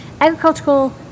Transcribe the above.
Agricultural